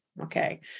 okay